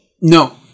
no